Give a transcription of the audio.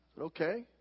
Okay